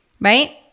right